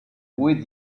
with